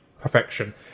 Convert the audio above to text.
perfection